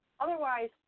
Otherwise